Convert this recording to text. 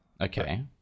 okay